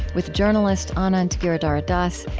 with journalist anand giridharadas,